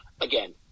again